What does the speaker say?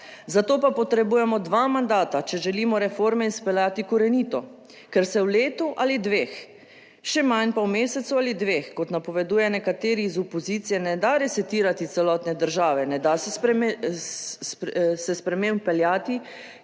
za to pa potrebujemo dva mandata, če želimo reforme izpeljati korenito, ker se v letu ali dveh, še manj pa v mesecu ali dveh, kot napovedujejo nekateri iz opozicije, ne da resetirati celotne države, ne da se sprememb peljati,